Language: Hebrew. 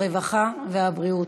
הרווחה והבריאות,